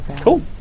Cool